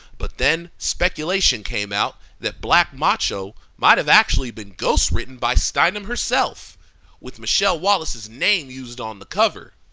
but then, speculation came out that black macho might have actually been ghostwritten by steinem herself with michele wallace's name used on the cover.